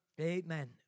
Amen